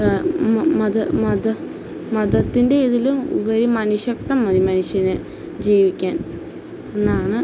മത മത മതത്തിൻ്റെ ഇതിലും ഉപരി മനുഷ്യത്വം മതി മനുഷ്യന് ജീവിക്കാൻ എന്നാണ്